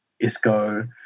Isco